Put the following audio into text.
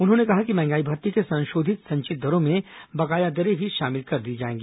उन्होंने कहा कि महंगाई भत्ते की संशोधित संचित दरों में बकाया दरें शामिल कर दी जायेंगी